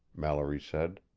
mallory said.